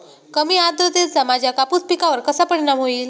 कमी आर्द्रतेचा माझ्या कापूस पिकावर कसा परिणाम होईल?